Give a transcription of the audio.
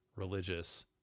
religious